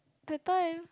that time